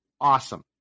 awesome